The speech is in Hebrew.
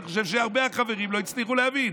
אני חושב שהרבה חברים לא הצליחו להבין.